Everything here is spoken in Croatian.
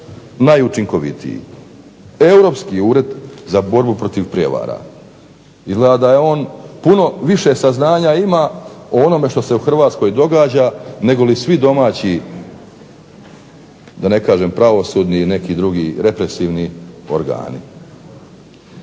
najučinkovitiji Europski ured za borbu protiv prijevara. Izgleda da on puno više saznanja ima o onome što se u Hrvatskoj događa negoli svi domaći da ne kažem pravosudni ili represivni organi.